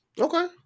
Okay